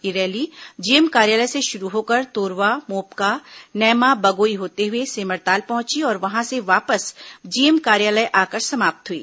यह rally GM कार्यालय से शुरू होकर तोरवा मोपका नैमा बगोई होते हुए सेमरताल पहुंची और वहां से वापस जीएम कार्यालय आकर समाप्त हुई